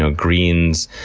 ah greens,